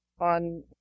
on